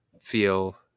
feel